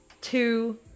two